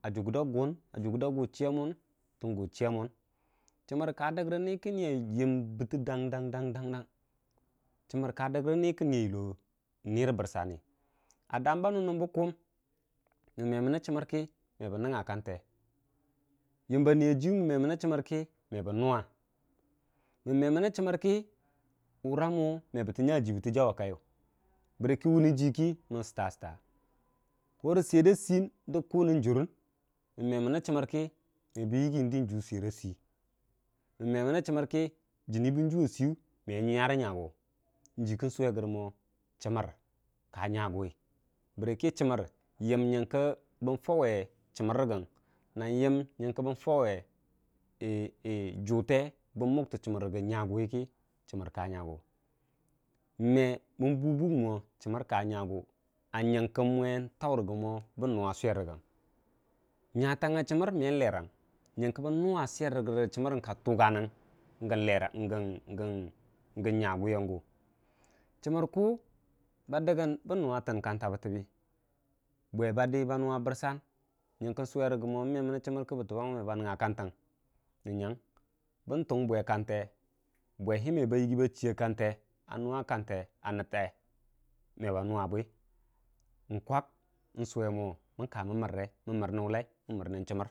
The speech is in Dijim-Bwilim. a jugərda guwun jugərda guu chiyamuwun chəmər ka dəg ni kə a yən gani dang dang, chəmər ka dəgrəni kə a yullo ni rəbərsan a damba nənəm bə kuum mən memənə chəmər kə mebən nənya kante yəmba nyajilum mən memənə chəmər kə me bən nuwa mutən wura mu mebətə nja jii bətə jau a kayiyu bərəkə wuu ji kə mən stwa stwa swarda swiyən də nən jurən mən memənə chəmər kə me bən yigi dən juu swera sii mən memənə chəmər, kə jənni bən juwa siiwu me nyuya rə nyagu yəm nyənke bən fawe chəmər nən yən nyənke bən fauwe juute bən muktə chəmər rəgə bərəkə chəmər ka nyagu me bən buu buk wo chəmər ka nyagu a nyənke mwe ntau rəgə mo bən nuwa swerəgən nyatanguga chəmər man lerang nyənke bən nuwa swar rə chəmər ka tugan gən nyaguwiyan guu chəmər ku ba dəgən bən nuwatən kanta bətəbə, bwe ba də ba nuwa bərsan nyanlke swerəgə, bən tung bwe kante me ba yiggi chu a nuwa rə nətte me ba nuwa bwi n'kwag n'swe wo ka mən mənre. chəmər